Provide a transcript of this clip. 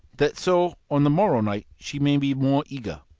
that so on the morrow night she may be more eager.